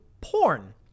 porn